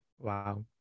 Wow